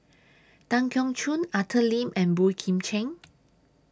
Tan Keong Choon Arthur Lim and Boey Kim Cheng